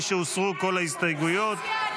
משהוסרו כל ההסתייגויות.